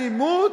אלימות?